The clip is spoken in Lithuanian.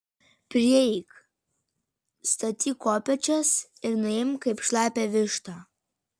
prieik statyk kopėčias ir nuimk kaip šlapią vištą